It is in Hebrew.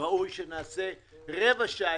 ראוי שנקיים רבע שעה,